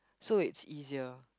so it's easier